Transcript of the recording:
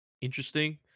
interesting